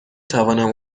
توانم